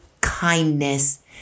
kindness